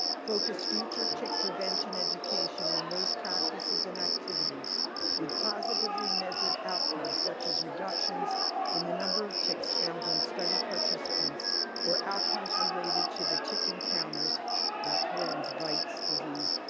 focus future tick prevention education on those practices and activities with positively measured outcomes such as reductions in the number of ticks found on study participants or outcomes related to the tick encounters bites disease,